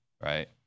right